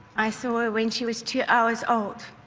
i saw her when she was two hours old.